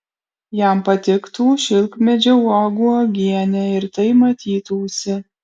jam patiktų šilkmedžio uogų uogienė ir tai matytųsi